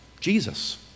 Jesus